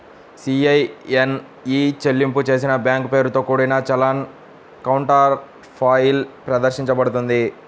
CIN e చెల్లింపు చేసిన bank పేరుతో కూడిన చలాన్ కౌంటర్ఫాయిల్ ప్రదర్శించబడుతుంది